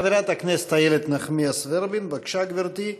חברת הכנסת איילת נחמיאס ורבין, בבקשה, גברתי.